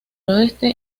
oeste